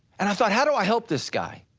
and i thought, how do i help this guy?